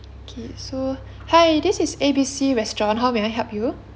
okay so hi this is A B C restaurant how may I help you